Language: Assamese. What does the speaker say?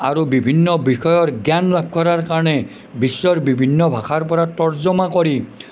আৰু বিভিন্ন বিষয়ৰ জ্ঞান লাভ কৰাৰ কাৰণে বিশ্বৰ বিভিন্ন ভাষাৰ পৰা তৰ্জমা কৰি